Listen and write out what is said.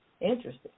Interesting